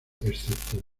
excepto